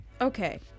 Okay